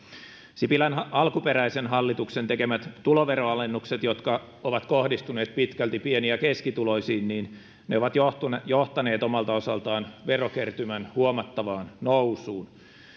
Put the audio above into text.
sipilän alkuperäisen hallituksen tekemät tuloveron alennukset jotka ovat kohdistuneet pitkälti pieni ja keskituloisiin ovat johtaneet johtaneet omalta osaltaan verokertymän huomattavaan nousuun